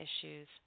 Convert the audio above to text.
issues